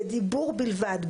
בדיבור בלבד,